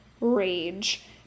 rage